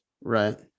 Right